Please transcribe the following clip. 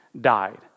died